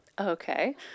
Okay